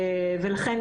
לכן,